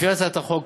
לפי הצעת החוק,